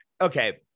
okay